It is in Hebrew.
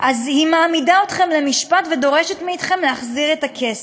אז היא מעמידה אתכם למשפט ודורשת מכם להחזיר את הכסף.